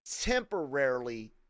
temporarily